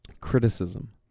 Criticism